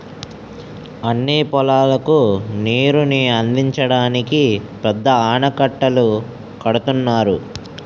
అన్ని పొలాలకు నీరుని అందించడానికి పెద్ద ఆనకట్టలు కడుతున్నారు